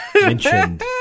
mentioned